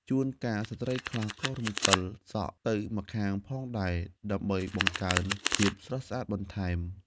ជួនកាលស្ត្រីខ្លះក៏រំកិលសក់ទៅម្ខាងផងដែរ ដើម្បីបង្កើនភាពស្រស់ស្អាតបន្ថែម។